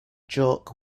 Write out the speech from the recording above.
joke